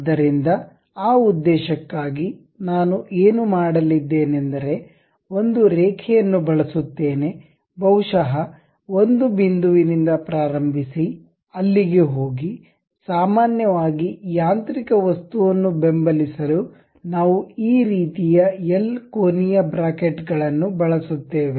ಆದ್ದರಿಂದ ಆ ಉದ್ದೇಶಕ್ಕಾಗಿ ನಾನು ಏನು ಮಾಡಲಿದ್ದೇನೆಂದರೆ ಒಂದು ರೇಖೆಯನ್ನು ಬಳಸುತ್ತೇನೆ ಬಹುಶಃ ಒಂದು ಬಿಂದುವಿನಿಂದ ಪ್ರಾರಂಭಿಸಿ ಅಲ್ಲಿಗೆ ಹೋಗಿ ಸಾಮಾನ್ಯವಾಗಿ ಯಾಂತ್ರಿಕ ವಸ್ತುವನ್ನು ಬೆಂಬಲಿಸಲು ನಾವು ಈ ರೀತಿಯ ಎಲ್ ಕೋನೀಯ ಬ್ರಾಕೆಟ್ ಗಳನ್ನು ಬಳಸುತ್ತೇವೆ